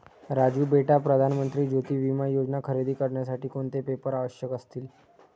राजू बेटा प्रधान मंत्री ज्योती विमा योजना खरेदी करण्यासाठी कोणते पेपर आवश्यक असतील?